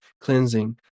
cleansing